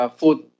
food